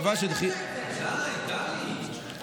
די, די, טלי.